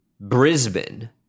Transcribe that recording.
Brisbane